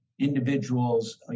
individuals